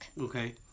Okay